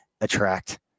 attract